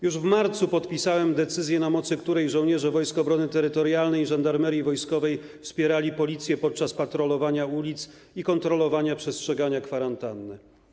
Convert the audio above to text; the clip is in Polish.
Już w marcu podpisałem decyzję, na mocy której żołnierze Wojsk Obrony Terytorialnej i Żandarmerii Wojskowej wspierali Policję podczas patrolowania ulic i kontrolowania przestrzegania kwarantanny.